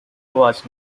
was